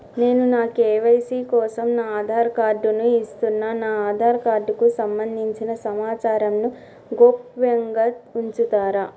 నేను నా కే.వై.సీ కోసం నా ఆధార్ కార్డు ను ఇస్తున్నా నా ఆధార్ కార్డుకు సంబంధించిన సమాచారంను గోప్యంగా ఉంచుతరా?